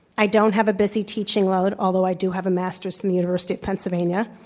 i don't have a busy teaching load, although i do have a master's from the university of pennsylvania.